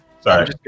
Sorry